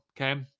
okay